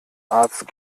arzt